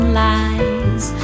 lies